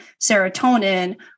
serotonin